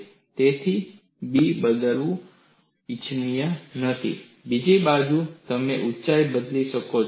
તેથી બી બદલવું ઇચ્છનીય નથી બીજી બાજુ તમે ઊંચાઈ બદલી શકો છો